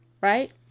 right